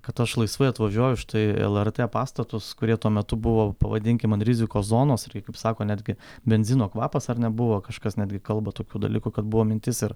kad aš laisvai atvažiuoju štai į lrt pastatus kurie tuo metu buvo pavadinkim an rizikos zonos kaip sako netgi benzino kvapas ar ne buvo kažkas netgi kalba tokių dalykų kad buvo mintis ir